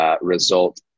result